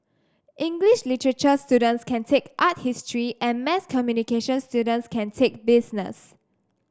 English literature students can take art history and mass communication students can take business